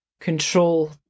control